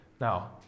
Now